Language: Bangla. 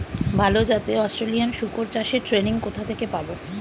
ভালো জাতে অস্ট্রেলিয়ান শুকর চাষের ট্রেনিং কোথা থেকে পাব?